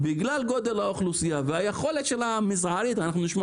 בגלל גודל האוכלוסייה והיכולת המזערית שלה בטח נשמע